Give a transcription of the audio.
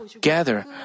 gather